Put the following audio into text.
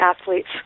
athletes